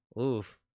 oof